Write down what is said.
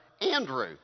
Andrew